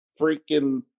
freaking